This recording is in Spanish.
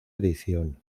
edición